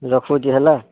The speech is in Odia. ରଖୁଛି ହେଲା